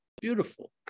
Beautiful